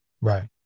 right